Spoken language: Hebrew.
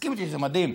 תסכים איתי שזה מדהים,